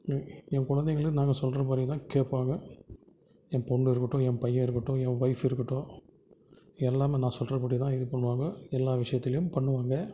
என் என் குழந்தைகளும் நான் சொல்கிறத மாதிரி தான் கேட்பாங்க என் பொண்ணு இருக்கட்டும் என் பையன் இருக்கட்டும் என் ஒய்ஃப் இருக்கட்டும் எல்லாமே நான் சொல்கிறபடி தான் இது பண்ணுவாங்க எல்லா விஷயத்துலேயும் பண்ணுவாங்க